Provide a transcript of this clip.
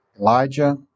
Elijah